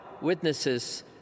witnesses